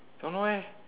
don't know eh